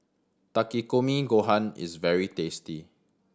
Takikomi Gohan is very tasty